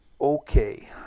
Okay